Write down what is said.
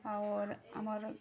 ଅର୍ ଆମର୍